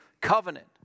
covenant